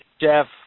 Jeff